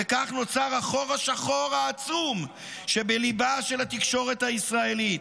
וכך נוצר החור השחור העצום שבליבה של התקשורת הישראלית,